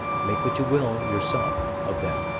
make what you will, yourself, of them.